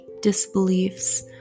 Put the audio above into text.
disbeliefs